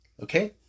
Okay